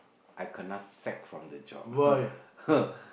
I kena sack from the job